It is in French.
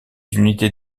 unités